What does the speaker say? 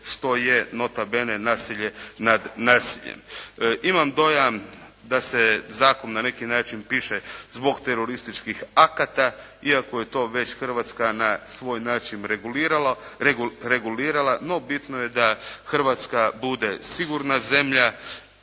što je nota bene nasilje nad nasiljem. Imam dojam da se zakon na neki način piše zbog terorističkih akata, iako je to već Hrvatska na svoj način regulirala. No, bitno je da Hrvatska bude sigurna zemlja